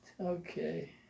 Okay